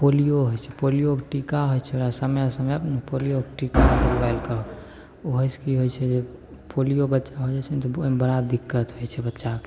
polio होइ छै पोलिओके टीका होइ छै ओकरा समय समयपर ने पोलिओके टीका उबालिके ओहिसे कि होइ छै जे पोलिओ बच्चाके हो जाइ छै ने तऽ बड़ा दिक्कत होइ छै बच्चाके